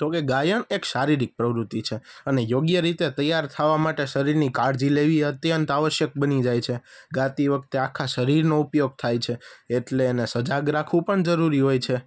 તો કે ગાયન એક શારીરિક પ્રવૃત્તિ છે અને યોગ્ય રીતે તૈયાર થાવા માટે શરીરની કાળજી લેવી અત્યંત આવશ્યક બની જાય છે ગાતી વખતે આખા શરીરનો ઉપયોગ થાય છે એટલે એને સજાગ રાખવું પણ જરૂરી હોય છે